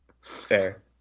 Fair